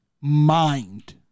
mind